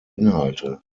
inhalte